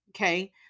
okay